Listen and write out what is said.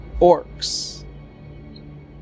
Orcs